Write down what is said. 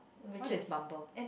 what is Bumble